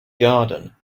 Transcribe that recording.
garden